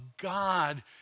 God